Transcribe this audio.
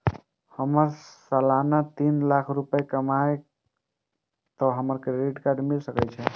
हमर सालाना तीन लाख रुपए कमाबे ते हमरा क्रेडिट कार्ड मिल सके छे?